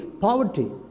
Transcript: poverty